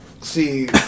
see